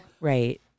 Right